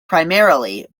primarily